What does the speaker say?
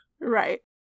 Right